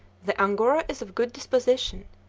the angora is of good disposition,